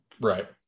Right